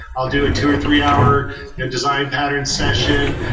i'll do a two or three hour design pattern session.